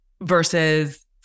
versus